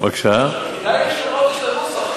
אולי כדאי לשנות את הנוסח.